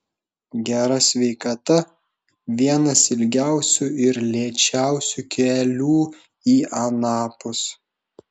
gera sveikata vienas ilgiausių ir lėčiausių kelių į anapus